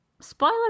spoiler